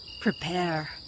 Prepare